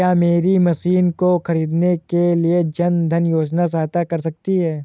क्या मेरी मशीन को ख़रीदने के लिए जन धन योजना सहायता कर सकती है?